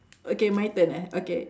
okay my turn ah okay